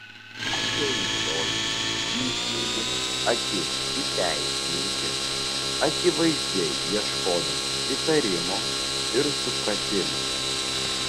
atėjusioji įsmeigė akis į teisininkę akivaizdžiai ieškodama pritarimo ir supratimo